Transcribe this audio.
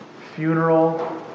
funeral